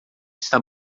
está